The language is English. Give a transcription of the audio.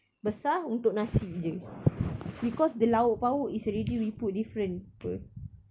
besar untuk nasi jer because the lauk-pauk is already we put different [pe]